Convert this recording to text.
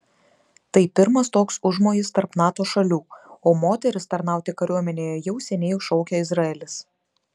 tai pirmas toks užmojis tarp nato šalių o moteris tarnauti kariuomenėje jau seniai šaukia izraelis